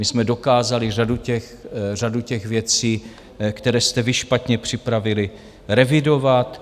My jsme dokázali řadu těch věcí, které jste vy špatně připravili, revidovat.